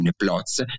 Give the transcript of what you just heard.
plots